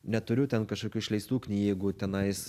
neturiu ten kažkokių išleistų knygų tenais